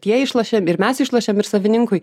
tie išlošė ir mes išlošėm ir savininkui